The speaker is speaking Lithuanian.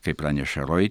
kaip praneša roitel